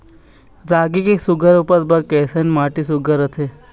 रागी के सुघ्घर उपज बर कैसन माटी सुघ्घर रथे?